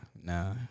Nah